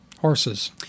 Horses